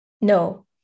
no